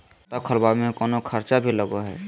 खाता खोलावे में कौनो खर्चा भी लगो है?